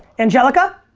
angelica?